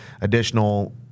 additional